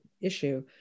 issue